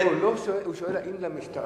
לא, הוא שואל אם על השוטרים